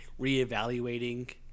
reevaluating